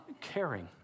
Caring